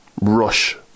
rush